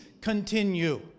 continue